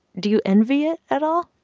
do you envy it at all?